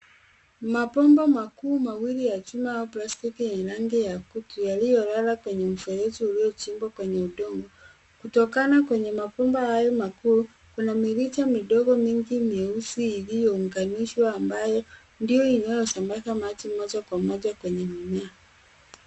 Mabomba makuu mawili ya chuma au plastiki yenye rangi ya kutu yaliyolala kwenye mfereji uliochimbwa kwenye udongo. Kutokana kwenye mabomba hayo makuu, kuna mirija midogo mieusi iliyounganishwa ambayo ndio inasambaza maji moja kwa moja kwenye mimea.